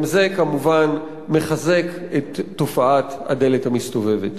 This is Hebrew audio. גם זה כמובן מחזק את תופעת הדלת המסתובבת.